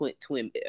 twin